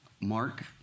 Mark